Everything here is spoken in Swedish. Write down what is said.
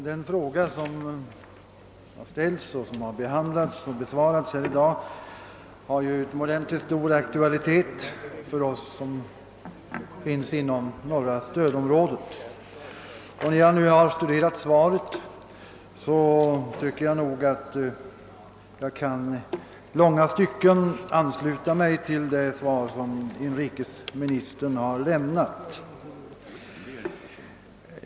Herr talman! Den fråga som i dag besvarats av inrikesministern har en utomordentligt stor aktualitet för oss som tillhör det norra stödområdet. När jag har studerat svaret har jag i långa stycken kunnat ansluta mig till de synpunkter, som inrikesministern anfört.